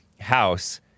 house